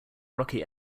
rocky